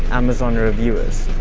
amazon reviewers